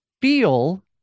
feel